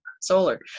solar